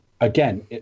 again